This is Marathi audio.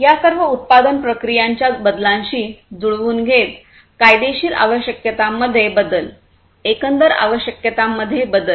या सर्व उत्पादन प्रक्रियांच्या बदलांशी जुळवून घेत कायदेशीर आवश्यकतांमध्ये बदल एकंदर आवश्यकतांमध्ये बदल